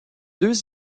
deux